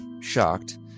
shocked